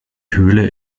höhle